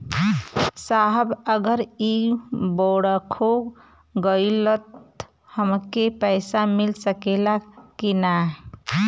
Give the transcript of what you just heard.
साहब अगर इ बोडखो गईलतऽ हमके पैसा मिल सकेला की ना?